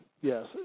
yes